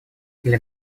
для